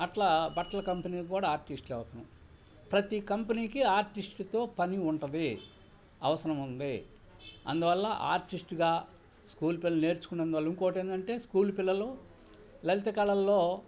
అట్లా బట్టల కంపెనీకి కూడా ఆర్టిస్ట్లు అవసరం ప్రతీ కంపెనీకి ఆర్టిస్ట్తో పని ఉంటుంది అవసరం ఉంది అందువల్ల ఆర్టిస్ట్గా స్కూల్ పిల్లలు నేర్చుకున్నందువల్ల ఇంకోకటి ఏందంటే స్కూల్ పిల్లలు లలిత కళల్లో